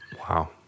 Wow